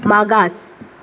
मागास